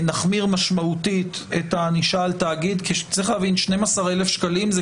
נחמיר משמעותית את הענישה על תאגיד כי צריך להבין 12,000 שקלים זו